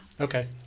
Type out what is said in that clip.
Okay